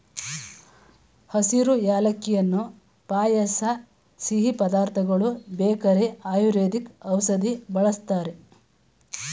ಹಸಿರು ಏಲಕ್ಕಿಯನ್ನು ಪಾಯಸ ಸಿಹಿ ಪದಾರ್ಥಗಳು ಬೇಕರಿ ಆಯುರ್ವೇದಿಕ್ ಔಷಧಿ ಬಳ್ಸತ್ತರೆ